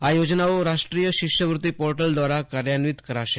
આ યોજનાઓ રાષ્ટ્રીય શિષ્યવૃત્તિ પોર્ટલ દ્વારા કાર્યાન્વિત કરાશે